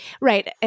Right